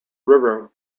river